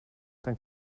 dank